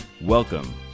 Welcome